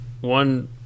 One